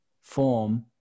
form